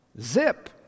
zip